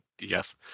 Yes